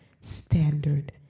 standard